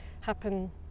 happen